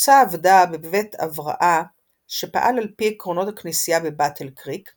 הקבוצה עבדה בבית הבראה שפעל על-פי עקרונות הכנסייה בבאטל קריק,